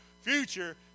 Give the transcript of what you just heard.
future